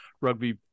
rugby